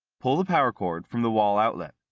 pull the power cord from the wall outlet.